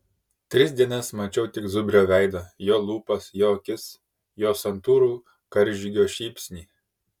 tris dienas mačiau tik zubrio veidą jo lūpas jo akis jo santūrų karžygio šypsnį